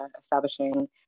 establishing